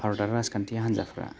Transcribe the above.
भारतआरि राजखान्थि हान्जाफ्रा